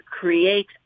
create